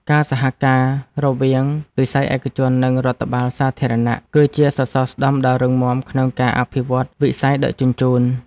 ការសហការរវាងវិស័យឯកជន និងរដ្ឋបាលសាធារណៈគឺជាសសរស្តម្ភដ៏រឹងមាំក្នុងការអភិវឌ្ឍវិស័យដឹកជញ្ជូន។